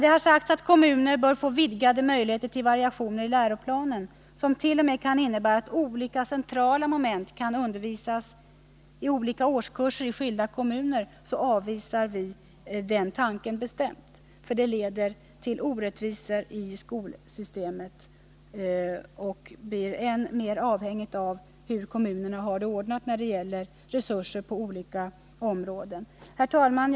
Det har sagts att kommuner bör få vidgade möjligheter när det gäller variationer i läroplanen, vilket t.o.m. kan innebära att undervisningen i olika centrala moment sker i olika årskurser i skilda kommuner. Vi avvisar bestämt den tanken. Det skulle leda till orättvisor i skolsystemet, och undervisningen blir avhängig av hur kommunerna har det på olika områden i fråga om resurser. Herr talman!